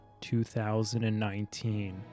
2019